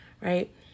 right